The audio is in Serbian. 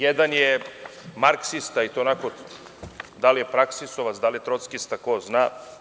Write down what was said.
Jedan je marksista, i to onako da li je praksisovac, da li je trockista, ko zna.